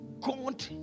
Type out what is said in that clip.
God